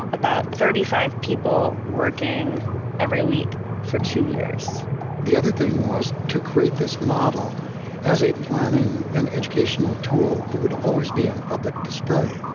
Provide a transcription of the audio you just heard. about thirty five people working every week for two years the other thing was to create this model as a planning and educational tool that would always be on public display.